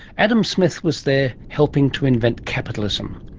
adam smith was there helping to invent capitalism.